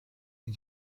and